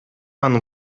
анын